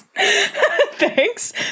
Thanks